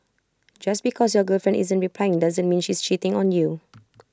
just because your girlfriend isn't replying doesn't mean she's cheating on you